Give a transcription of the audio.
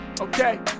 Okay